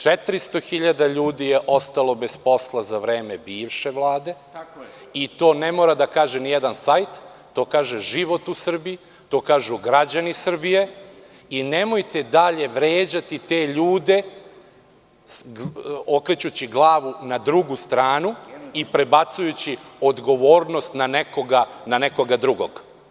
Četristo hiljada ljudi je ostalo bez posla za vreme bivše Vlade i to ne mora da kaže ni jedan sajt, to kaže život u Srbiji, to kažu građani Srbije i nemojte dalje vređati te ljude, okrećući glavu na drugu stranu i prebacujući odgovornost na nekog drugog.